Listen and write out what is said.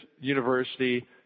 university